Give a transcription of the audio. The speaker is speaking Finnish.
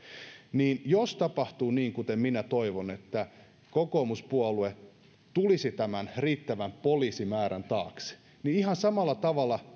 niin jos tapahtuu niin kuten minä toivon että kokoomuspuolue tulisi tämän riittävän poliisimäärän taakse niin ihan samalla tavalla